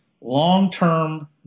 long-term